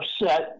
upset